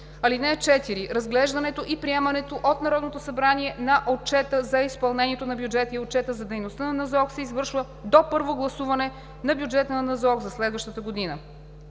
други. (4) Разглеждането и приемането от Народното събрание на отчета за изпълнение на бюджета и отчета за дейността на НЗОК се извършва до първо гласуване на бюджета на НЗОК за следващата година.